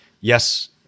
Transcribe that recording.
Yes